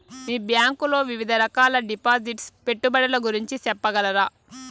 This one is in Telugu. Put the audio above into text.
మీ బ్యాంకు లో వివిధ రకాల డిపాసిట్స్, పెట్టుబడుల గురించి సెప్పగలరా?